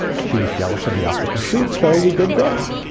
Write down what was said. she was jealous of the octopus shoot, so we did this.